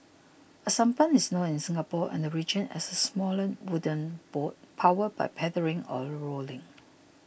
a sampan is known in Singapore and region as a smaller wooden boat powered by paddling or rowing